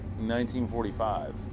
1945